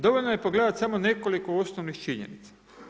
Dovoljno je pogledati samo nekoliko osnovnih činjenica.